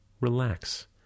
Relax